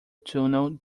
tunnel